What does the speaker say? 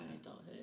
adulthood